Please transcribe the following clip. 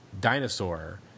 dinosaur